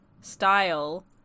style